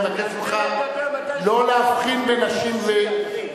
אני מבקש ממך לא להבחין בין נשים ואנשים.